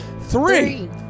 three